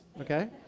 okay